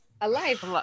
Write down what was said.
Alive